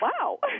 Wow